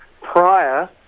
prior